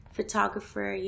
Photographer